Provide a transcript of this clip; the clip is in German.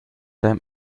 deinem